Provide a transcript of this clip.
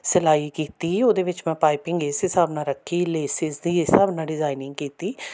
ਸਿਲਾਈ ਕੀਤੀ ਉਹਦੇ ਵਿੱਚ ਮੈਂ ਪਾਈਪਿੰਗ ਇਸ ਹਿਸਾਬ ਨਾਲ ਰੱਖੀ ਲੇਸਿਸ ਦੀ ਇਸ ਹਿਸਾਬ ਨਾਲ ਡਿਜਾਇਨਿੰਗ ਕੀਤੀ